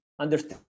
understand